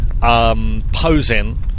posing